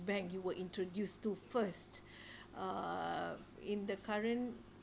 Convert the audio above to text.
bank you were introduced to first uh in the current